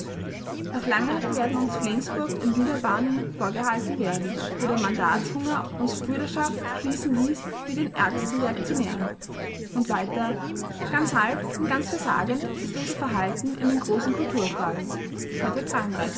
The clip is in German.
noch lange werden uns flensburg und niederbarnim vorgehalten werden wo der mandatshunger uns brüderschaft schließen ließ mit den ärgsten reaktionären und weiter ganz halb und ganz versagend ist unser verhalten in den großen kulturfragen seite